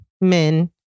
men